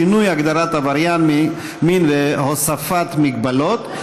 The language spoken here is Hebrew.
שינוי הגדרת עבריין מין והוספת מגבלות),